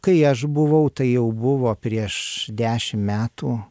kai aš buvau tai jau buvo prieš dešim metų